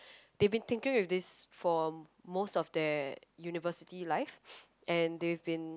they've been thinking with this for most of their university life and they've been